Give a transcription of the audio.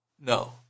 No